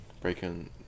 breaking